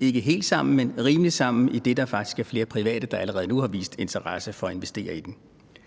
ikke hænger helt sammen, men rimeligt sammen, idet der faktisk er flere private, der allerede nu har vist interesse for at investere i den.